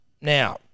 Now